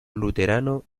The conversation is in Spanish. luterano